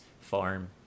farm